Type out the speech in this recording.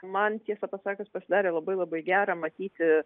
man tiesą pasakius pasidarė labai labai gera matyti